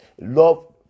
love